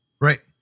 Right